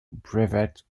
brevet